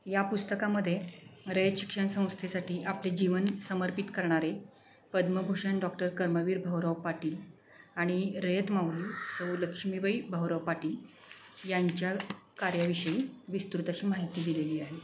या पुस्तकामध्ये रयत शिक्षण संस्थेसाठी आपले जीवन समर्पित करणारे पद्मभूषण डॉक्टर कर्मवीर भाऊराव पाटील आणि रयत माऊली सौ लक्ष्मीबाई भाऊराव पाटील यांच्या कार्याविषयी विस्तृत अशी माहिती दिलेली आहे